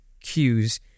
cues